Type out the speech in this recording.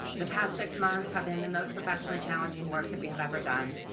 the past six months have been the most professionally challenging work that we have ever done,